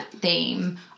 theme